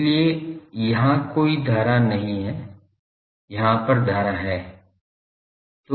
इसलिए यहाँ कोई धारा नहीं है यहाँ पर धारा है